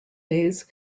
days